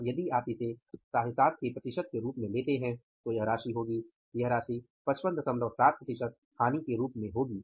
और यदि आप इसे 75 के प्रतिशत के रूप में लेते हैं तो यह राशि होगी यह राशि 557 प्रतिशत हानि के रूप में होगी